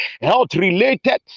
health-related